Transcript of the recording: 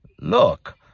Look